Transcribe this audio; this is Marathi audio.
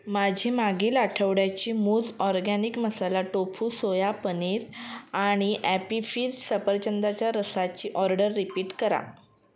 माझी मागील आठवड्याची मूज organic masala tofu soya paneer आणि ॲपी फिज सफरचंदाच्या रसाची ऑर्डर रिपीट करा